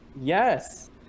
Yes